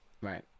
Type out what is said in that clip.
Right